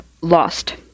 lost